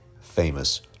famous